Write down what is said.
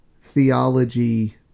theology